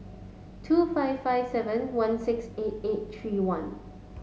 two five five seven one six eight eight three one